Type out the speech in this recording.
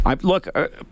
Look